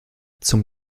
zum